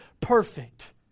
perfect